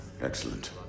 Excellent